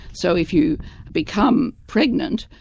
so if you become pregnant,